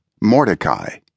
Mordecai